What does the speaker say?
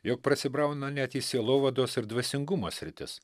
jog prasibrauna net į sielovados ir dvasingumo sritis